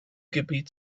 gebiet